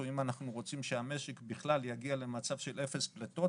או אם אנחנו רוצים שהמשק בכלל יגיע למצב של אפס פליטות,